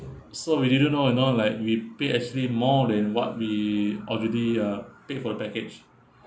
so we didn't know you know like we pay actually more than what we already uh paid for the package